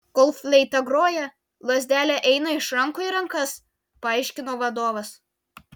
kol fleita groja lazdelė eina iš rankų į rankas paaiškino vadovas